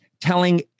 telling